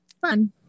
Fun